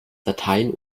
dateien